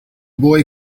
boy